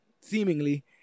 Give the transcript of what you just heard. seemingly